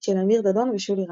של אמיר דדון ושולי רנד.